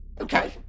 Okay